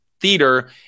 theater